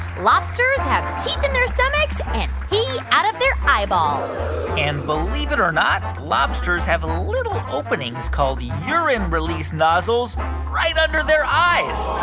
lobsters have teeth in their stomachs and pee out of their eyeballs and believe it or not, lobsters have little openings called urine release nozzles right under their eyes